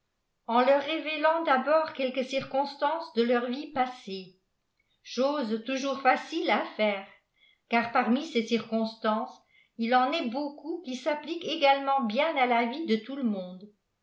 en leur révélant d'abord quelques circonstances de leur vier passée chose toujours ikcile à faire car parmi ces circonstances il en est beaucoup qui s'afi pliquent également bien à la vie de tout le monde